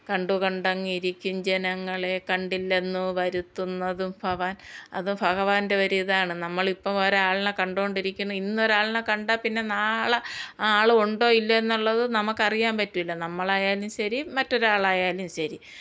കണ്ടു കണ്ടങ്ങിരിക്കും ജനങ്ങളെ കണ്ടില്ലന്നു വരുത്തുന്നതും ഭവാൻ അതും ഭഗവാൻ്റെ ഒരിതാണ് നമ്മളിപ്പം ഒരാളിനെ കണ്ടോണ്ടിരിക്കുന്നു ഇന്ന് ഒരാളെ കണ്ടാൽ പിന്നെ നാളെ ആ ആൾ ഉണ്ടോ ഇല്ലേന്നുള്ളത് നമുക്ക് അറിയാൻ പറ്റൂല്ല നമ്മളായാലും ശരി മറ്റൊരാളായാലും ശരി